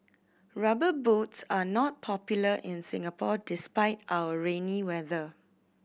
Rubber Boots are not popular in Singapore despite our rainy weather